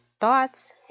thoughts